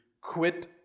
quit